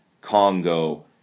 Congo